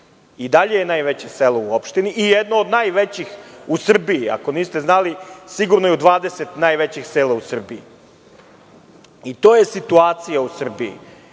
i dalje je najveće selo u opštini i jedno od najvećih u Srbiji. Ako niste znali, sigurno je u 20 najvećih sela u Srbiji. To je situacija u Srbiji. Mi